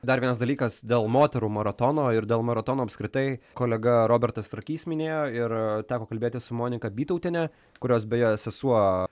dar vienas dalykas dėl moterų maratono ir dėl maratono apskritai kolega robertas trakys minėjo ir teko kalbėtis su monika bytautiene kurios beje sesuo